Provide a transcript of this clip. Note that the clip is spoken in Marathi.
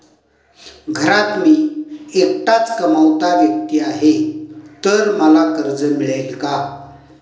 घरात मी एकटाच कमावता व्यक्ती आहे तर मला कर्ज मिळेल का?